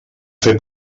fer